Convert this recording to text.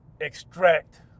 extract